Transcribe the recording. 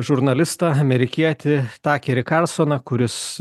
žurnalistą amerikietį takerį karlsoną kuris